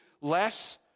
less